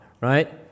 right